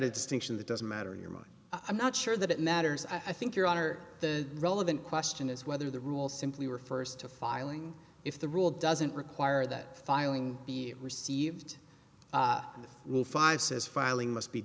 it stinks and that doesn't matter in your mind i'm not sure that it matters i think your honor the relevant question is whether the rule simply refers to filing if the rule doesn't require that filing be received will five says filing must be